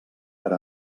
per